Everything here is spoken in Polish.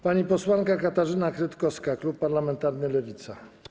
Pani posłanka Katarzyna Kretkowska, klub parlamentarny Lewica.